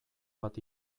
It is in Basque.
bat